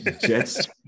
Jets